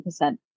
100%